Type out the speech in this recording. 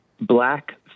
black